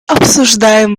обсуждаем